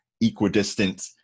equidistant